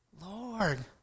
Lord